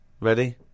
Ready